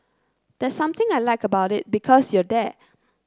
there's something I like about it because you're there